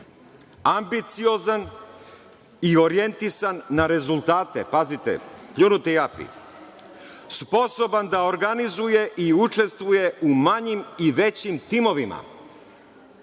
Ambiciozan i orijentisan na rezultate, pazite, pljunuti japi, sposoban da organizuje i učestvuje u manjim i većim timovima.